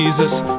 Jesus